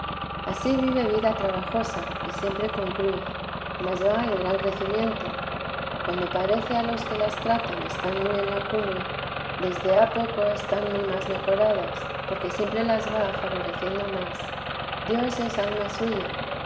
ansí vive vida trabajosa y siempre con cruz mas va en gran crecimiento cuando parece a los que las tratan están muy en la cumbre desde ha poco están muy más mejoradas porque siempre las va favoreciendo más dios es alma suya